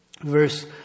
Verse